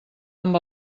amb